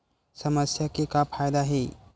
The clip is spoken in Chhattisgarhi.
समस्या के का फ़ायदा हे?